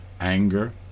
anger